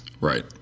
Right